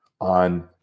on